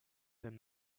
then